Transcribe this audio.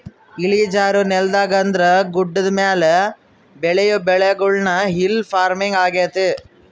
ಇಳಿಜಾರು ನೆಲದಾಗ ಅಂದ್ರ ಗುಡ್ಡದ ಮೇಲೆ ಬೆಳಿಯೊ ಬೆಳೆಗುಳ್ನ ಹಿಲ್ ಪಾರ್ಮಿಂಗ್ ಆಗ್ಯತೆ